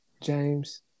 James